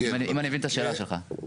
אם אני מבין את השאלה שלך.